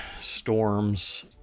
storms